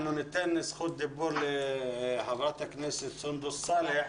אנחנו ניתן זכות דיבור לחברת הכנסת סונדוס סאלח.